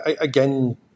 again